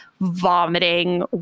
vomiting